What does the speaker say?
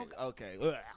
okay